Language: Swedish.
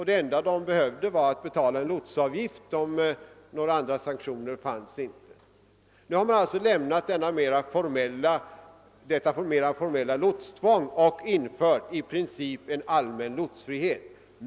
Det enda man behövde göra var att betala lotsavgift; några andra sanktioner fanns inte. Nu har man lämnat detta mer formella lotstvång och i princip infört allmän lotsfrihet.